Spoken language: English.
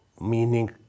meaning